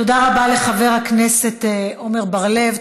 תודה רבה לחבר הכנסת עמר בר-לב.